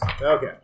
Okay